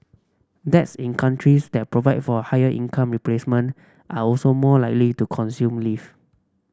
dads in countries that provide for a higher income replacement are also more likely to consume leave